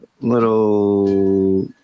little